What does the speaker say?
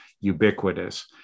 ubiquitous